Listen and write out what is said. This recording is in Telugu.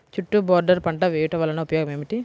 చుట్టూ బోర్డర్ పంట వేయుట వలన ఉపయోగం ఏమిటి?